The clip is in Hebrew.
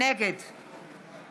נגד